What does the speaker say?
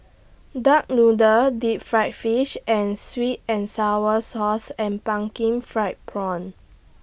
Duck Noodle Deep Fried Fish and Sweet and Sour Sauce and Pumpkin Fried Prawns